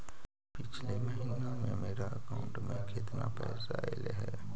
पिछले महिना में मेरा अकाउंट में केतना पैसा अइलेय हे?